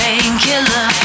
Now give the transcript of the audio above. Painkiller